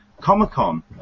Comic-Con